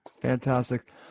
Fantastic